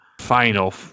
final